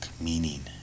meaning